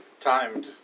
timed